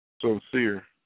sincere